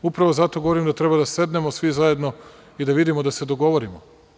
Upravo zato govorim da treba da sednemo svi zajedno i da vidimo da se dogovorimo.